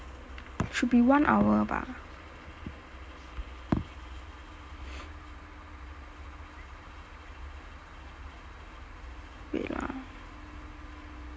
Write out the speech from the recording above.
should be one hour bah wait ah